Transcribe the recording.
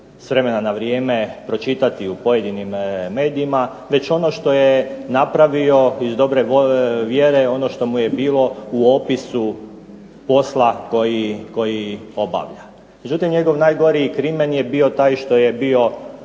s vremena na vrijeme pročitati u pojedinim medijima, već onoga što je napravio iz dobre vjere, ono što mu je bilo u opisa posla koji obavlja. Međutim njegov najgori krimen je bio taj što je bio